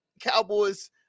Cowboys